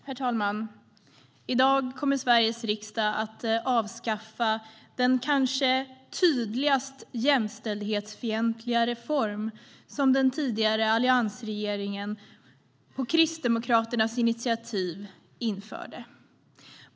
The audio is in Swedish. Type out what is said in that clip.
Herr talman! I dag kommer Sveriges riksdag att avskaffa den kanske tydligast jämställdhetsfientliga reform som den tidigare alliansregeringen införde på Kristdemokraternas initiativ.